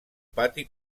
pati